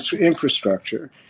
infrastructure